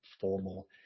formal